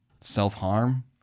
self-harm